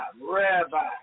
Rabbi